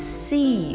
see